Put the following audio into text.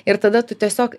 ir tada tu tiesiog